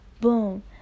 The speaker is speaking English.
boom